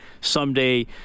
someday